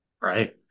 right